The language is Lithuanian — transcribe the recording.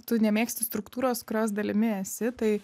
tu nemėgsti struktūros kurios dalimi esi tai